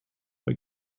but